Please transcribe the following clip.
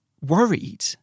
worried